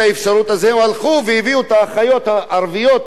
והם הלכו והביאו את האחיות הערביות מנצרת